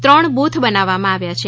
ત્રણ બુથ બનાવવામા આવ્યા છે